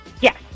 Yes